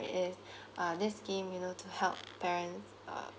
is this scheme you know to help parents uh